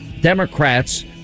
Democrats